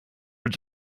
mit